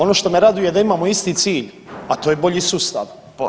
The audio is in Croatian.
Oni što me raduje da imamo isti cilj, a to je bolji sustav.